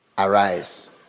Arise